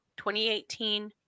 2018